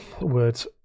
words